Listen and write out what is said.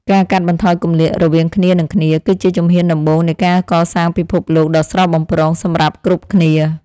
ការកាត់បន្ថយគម្លាតរវាងគ្នានឹងគ្នា គឺជាជំហានដំបូងនៃការកសាងពិភពលោកដ៏ស្រស់បំព្រងសម្រាប់គ្រប់គ្នា។